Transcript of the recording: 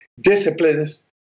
disciplines